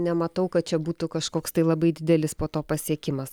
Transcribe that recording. nematau kad čia būtų kažkoks tai labai didelis po to pasiekimas